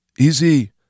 Easy